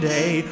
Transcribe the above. Day